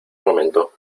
momento